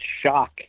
shock